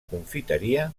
confiteria